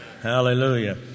Hallelujah